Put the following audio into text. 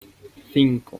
cinco